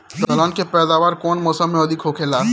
दलहन के पैदावार कउन मौसम में अधिक होखेला?